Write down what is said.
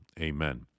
Amen